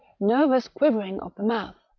nervous quivering of the mouth,